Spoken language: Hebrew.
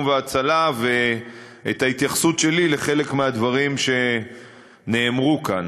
וההצלה ואת ההתייחסות שלי לחלק מהדברים שנאמרו כאן.